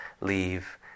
leave